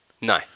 No